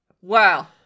wow